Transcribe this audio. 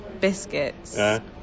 biscuits